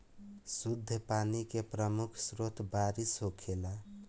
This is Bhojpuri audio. शुद्ध पानी के प्रमुख स्रोत बारिश होखेला